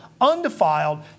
undefiled